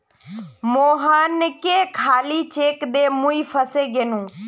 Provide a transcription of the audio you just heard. मोहनके खाली चेक दे मुई फसे गेनू